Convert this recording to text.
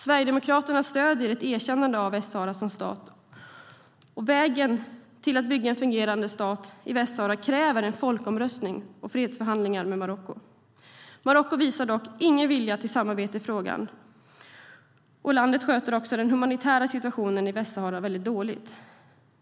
Sverigedemokraterna stöder ett erkännande av Västsahara som stat. Vägen till att bygga en fungerande stat i Västsahara kräver en folkomröstning och fredsförhandlingar med Marocko. Marocko visar dock ingen vilja till samarbete i frågan. Landet sköter också den humanitära situationen i Västsahara dåligt.